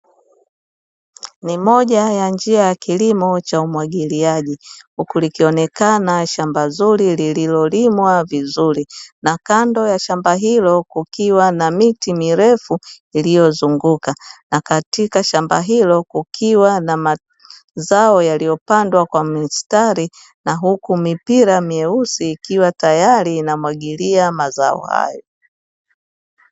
Ni moja ya njia ya kilimo cha umwagiliaji, huku likionekana shamba zuri lililolimwa vizuri na kando ya shamba hilo kukiwa na miti mirefu iliyozunguka, na katika shamba hilo kukiwa na mazao yaliyopandwa kwa mistari na huku mipira myeusi ikiwa tayari inamwagilia mazao hayo.